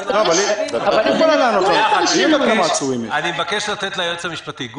--- אני מבקש לתת ליועץ המשפטי לדבר.